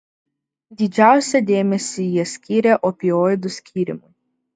didžiausią dėmesį jie skyrė opioidų skyrimui